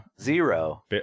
Zero